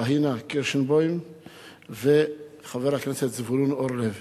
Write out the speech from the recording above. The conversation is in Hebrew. פניה קירשנבאום וזבולון אורלב.